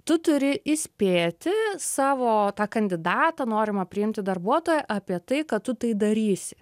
tu turi įspėti savo tą kandidatą norimą priimti darbuotoją apie tai kad tu tai darysi